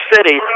City